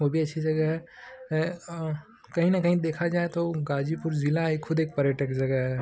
वह भी अच्छी जगह है कहीं न कहीं देखा जाए तो गाज़ीपुर जिला यह खुद एक पर्यटक जगह है